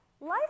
Life